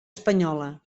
espanyola